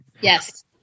Yes